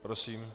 Prosím.